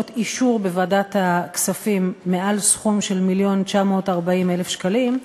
אישור בוועדת הכספים מעל סכום של 1,940,000 שקלים,